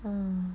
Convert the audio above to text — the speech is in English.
um